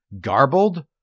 garbled